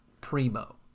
primo